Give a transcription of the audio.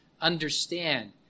understand